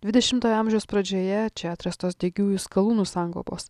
dvidešimtojo amžiaus pradžioje čia atrastos degiųjų skalūnų sankaupos